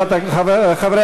הצעות לסדר-היום מס' 72,